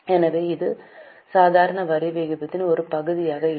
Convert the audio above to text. எனவே இது சாதாரண வரிவிதிப்பின் ஒரு பகுதியாக இல்லை